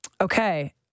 Okay